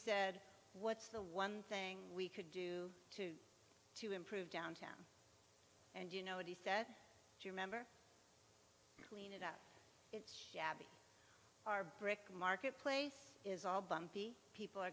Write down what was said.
said what's the one thing we could do to to improve downtown and you know what he said remember clean it up it's shabby our brick marketplace is all bumpy people are